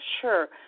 sure